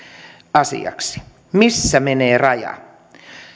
asiaksi missä menee raja